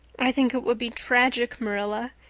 i think it would be tragic, marilla,